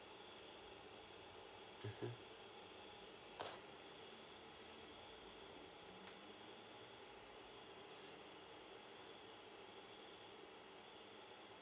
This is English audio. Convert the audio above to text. mm